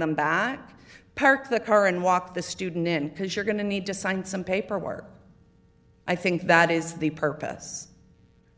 them back parked the car and walk the student in because you're going to need to sign some paperwork i think that is the purpose